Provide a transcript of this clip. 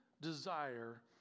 desire